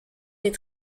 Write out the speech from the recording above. les